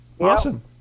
Awesome